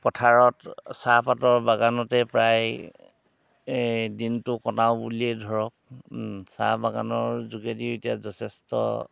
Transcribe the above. পথাৰত চাহপাতৰ বাগানতে প্ৰায় দিনটো কটাওঁ বুলিয়েই ধৰক চাহ বাগানৰ যোগেদিও এতিয়া যথেষ্ট